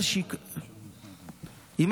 זה מאוד מצא חן בעיניי.